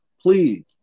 please